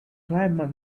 climb